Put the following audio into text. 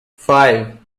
five